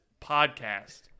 podcast